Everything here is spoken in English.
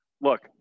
look